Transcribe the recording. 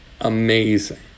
amazing